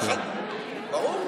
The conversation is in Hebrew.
ברור.